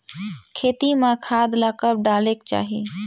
खेती म खाद ला कब डालेक चाही?